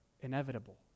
inevitable